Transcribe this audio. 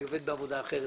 הוא עובד בכלל בעבודה אחרת